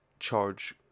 charge